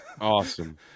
Awesome